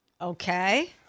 Okay